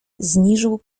zniżył